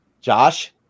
Josh